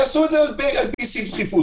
יעשו את זה על פי סעיף דחיפות,